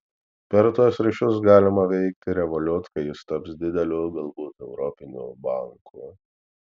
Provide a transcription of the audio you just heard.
per tuos ryšius galima veikti revolut kai jis taps dideliu galbūt europiniu banku